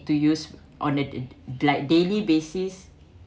to use on it the like daily basis